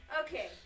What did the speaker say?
Okay